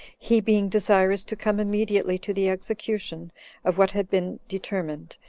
he being desirous to come immediately to the execution of what had been determined,